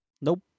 Nope